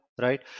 right